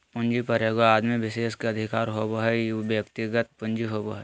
पूंजी पर एगो आदमी विशेष के अधिकार होबो हइ उ व्यक्तिगत पूंजी होबो हइ